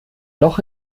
loch